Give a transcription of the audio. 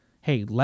Hey